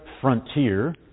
frontier